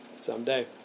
someday